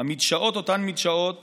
המדשאות אותן מדשאות